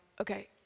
okay